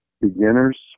beginners